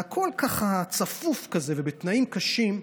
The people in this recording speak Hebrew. והכול צפוף ובתנאים קשים,